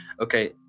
Okay